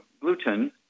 gluten